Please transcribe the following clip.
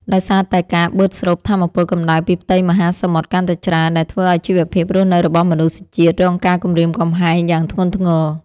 ដោយសារតែការបឺតស្រូបថាមពលកម្ដៅពីផ្ទៃមហាសមុទ្រកាន់តែច្រើន ដែលធ្វើឱ្យជីវភាពរស់នៅរបស់មនុស្សជាតិរងការគំរាមកំហែងយ៉ាងធ្ងន់ធ្ងរ។